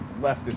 leftist